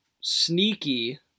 sneaky